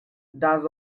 does